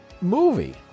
movie